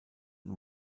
und